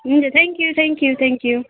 हुन्छ thank you thank you thank you